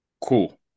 Cool